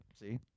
See